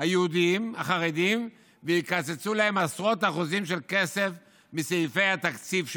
היהודיים החרדיים ויקצצו להם עשרות אחוזים של כסף מסעיפי התקציב שלהם.